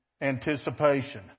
Anticipation